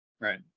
Right